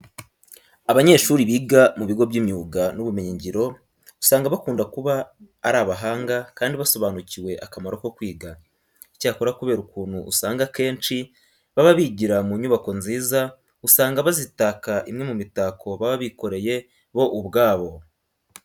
Abanyeshuri biga mu bigo by'imyuga n'ubumenyingiro usanga bakunda kuba ari abahanga kandi basobanukiwe akamaro ko kwiga. Icyakora kubera ukuntu usanga akenshi baba bigira mu nyubako nziza, usanga bazitaka imwe mu mitako baba bikoreye bo ubwabo.